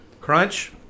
crunch